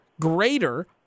greater